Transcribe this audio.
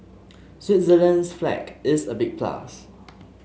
Switzerland's flag is a big plus